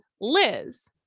liz